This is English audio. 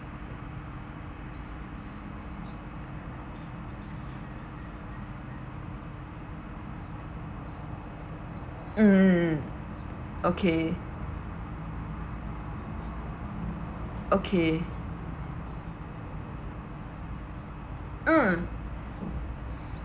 mm okay okay mm